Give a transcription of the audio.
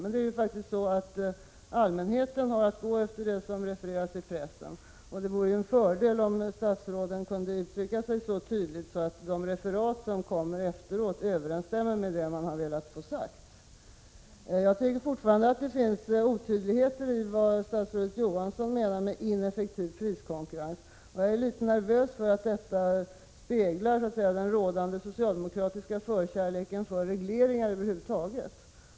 Men det är faktiskt så att allmänheten har att gå efter det som refereras i pressen, och det vore ju en fördel om statsråden kunde uttrycka sig så tydligt att de referat som ges verkligen överensstämmer med det man har velat få sagt. Jag tycker fortfarande att det finns otydligheter när det gäller vad statsrådet Johansson menar med ineffektiv priskonkurrens, och jag är litet nervös för att hans uttalande speglar låt mig säga den rådande socialdemokratiska förkärleken för regleringar över huvud taget.